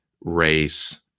race